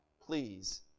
please